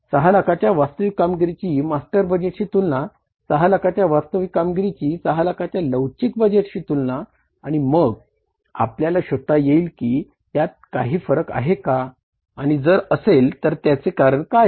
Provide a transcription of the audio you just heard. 6 लाखांच्या वास्तविक कामगिरीची मास्टर बजेटशी तुलना 6 लाखांच्या वास्तविक कामगिरीची 6 लाखांच्या लवचिक बजेटशी तुलना आणि मग आपल्याला शोधात येईल की यात काही फरक आहे का आणि जर असेल तर त्याचे काय कारण आहे